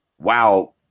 wow